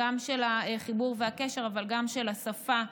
גם של החיבור והקשר וגם של השפה,